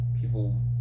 people